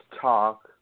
talk